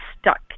stuck